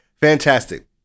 fantastic